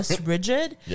rigid